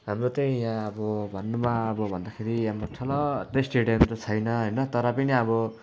हाम्रो चाहिँ यहाँ अब भन्नुमा अब भन्दाखेरि हाम्रा ठुला स्टेडियमहरू छैन तर पनि अब